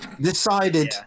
Decided